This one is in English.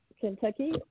Kentucky